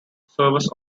services